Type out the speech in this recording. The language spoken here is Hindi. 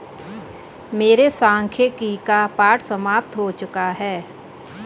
मेरे सांख्यिकी का पाठ समाप्त हो चुका है